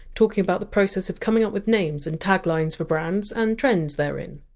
talking about the process of coming up with names and taglines for brands, and trends therein.